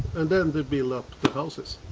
and then they built the houses.